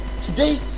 today